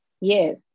Yes